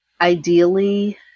Ideally